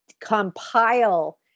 compile